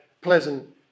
pleasant